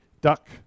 duck